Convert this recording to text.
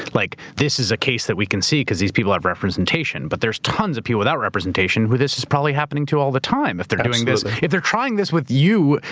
like this is a case that we can see because these people have representation but there's tons of people without representation who this is probably happening to all the time if they're doing this. if they're trying this with you,